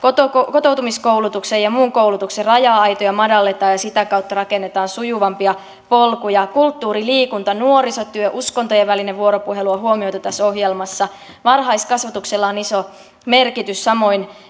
kotoutumiskoulutuksen ja muun koulutuksen raja aitoja madalletaan ja sitä kautta rakennetaan sujuvampia polkuja kulttuuri liikunta nuorisotyö uskontojen välinen vuoropuhelu on huomioitu tässä ohjelmassa varhaiskasvatuksella on iso merkitys samoin